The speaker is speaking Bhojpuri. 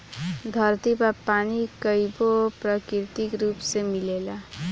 धरती पर पानी कईगो प्राकृतिक रूप में मिलेला